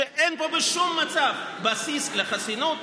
שאין פה בשום מצב בסיס לחסינות,